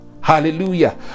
Hallelujah